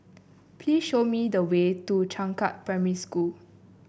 please show me the way to Changkat Primary School